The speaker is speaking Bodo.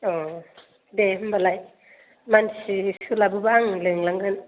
औ दे होनबालाय मानसि सोलाबोबा आं लेंलांगोन